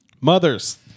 Mothers